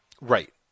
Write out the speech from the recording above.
Right